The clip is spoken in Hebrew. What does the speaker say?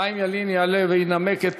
חיים ילין יעלה וינמק את